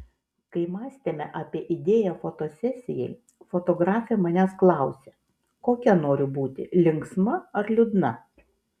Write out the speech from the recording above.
kai mąstėme apie idėją fotosesijai fotografė manęs klausė kokia noriu būti linksma ar liūdna